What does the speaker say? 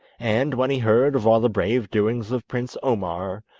and when he heard of all the brave doings of prince omar,